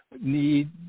need